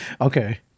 Okay